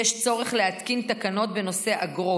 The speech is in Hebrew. יש צורך להתקין תקנות בנושא אגרות,